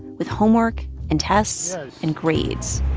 with homework and tests and grades